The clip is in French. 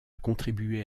contribué